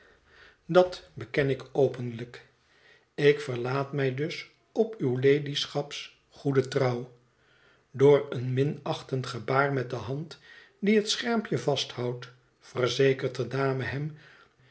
dat beken ik openlijk ik verlaat mij dus op uw ladyschaps goede trouw door een minachtend gebaar met de hand die het schermpje vasthoudt verzekert de dame hem